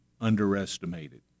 underestimated